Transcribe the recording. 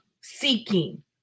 seeking